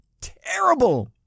Terrible